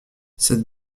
cette